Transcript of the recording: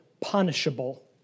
punishable